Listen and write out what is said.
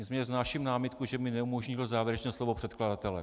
Nicméně vznáším námitku, že mi neumožnil závěrečné slovo předkladatele.